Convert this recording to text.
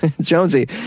Jonesy